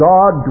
God